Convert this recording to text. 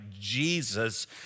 Jesus